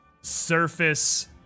surface